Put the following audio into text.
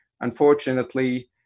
unfortunately